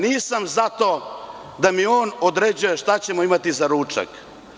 Nisam zato da mi on određuje šta ćemo imati za ručak?